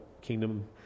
kingdom